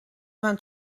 vingt